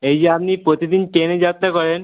এই যে আপনি প্রতিদিন ট্রেনে যাত্রা করেন